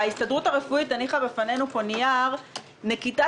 ההסתדרות הרפואית הניחה בפנינו נייר: נקיטת